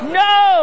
no